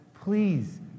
Please